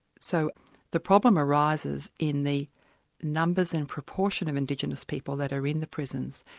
so the problem arises in the numbers and proportion of indigenous people that are in the prisons.